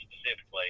specifically